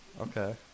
Okay